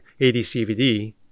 ADCVD